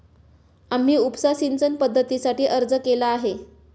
आम्ही उपसा सिंचन पद्धतीसाठी अर्ज केला आहे